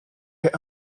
get